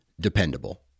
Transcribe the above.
dependable